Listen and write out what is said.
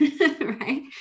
right